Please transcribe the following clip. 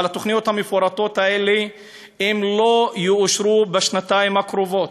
אבל התוכניות המפורטות האלה לא יאושרו בשנתיים הקרובות.